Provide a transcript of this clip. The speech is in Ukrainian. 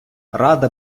рада